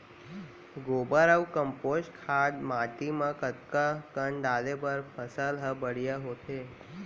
गोबर अऊ कम्पोस्ट खाद माटी म कतका कन डाले बर फसल ह बढ़िया होथे?